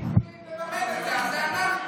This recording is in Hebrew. מישהו צריך לממון את זה, אז זה אנחנו.